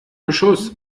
beschuss